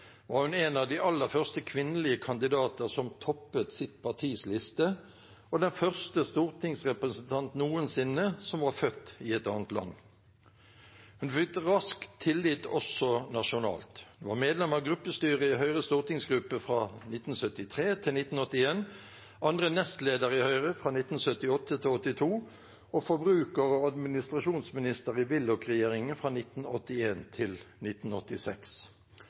var hun en av de aller første kvinnelige kandidater som toppet sitt partis liste, og den første stortingsrepresentant noen sinne som var født i et annet land. Hun fikk raskt tillit også nasjonalt. Hun var medlem av gruppestyret i Høyres stortingsgruppe fra 1973 til 1981, andre nestleder i Høyre fra 1978 til 1982 og forbruker- og administrasjonsminister i Willoch-regjeringen fra 1981 til 1986.